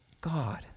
God